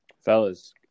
Fellas